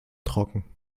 trocken